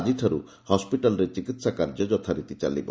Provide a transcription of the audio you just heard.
ଆକିଠାରୁ ହସ୍ୱିଟାଲରେ ଚିକିହା କାର୍ଯ୍ୟ ଯଥାରୀତି ଚାଲିବ